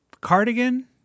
cardigan